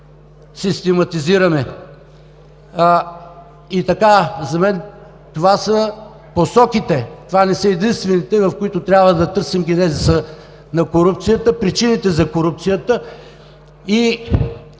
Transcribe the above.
систематизираме. И така, за мен това са посоките, това не са единствените, в които трябва да търсим генезиса на корупцията, причините за корупцията.